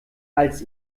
als